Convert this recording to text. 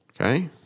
okay